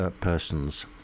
persons